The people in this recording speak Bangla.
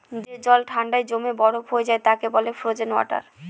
যে জল ঠান্ডায় জমে বরফ হয়ে যায় তাকে বলে ফ্রোজেন ওয়াটার